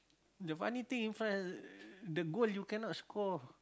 the funny think in France the goal you cannot score